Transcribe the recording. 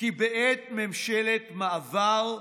כי בעת ממשלת מעבר,